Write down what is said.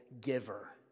giver